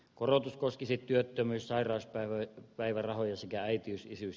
korotus koskisi työttömyys sairauspäivä ja päivärahoja sekä äitiys isyys